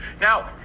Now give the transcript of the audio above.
Now